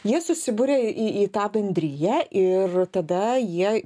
jie susiburia į į tą bendrija ir tada jie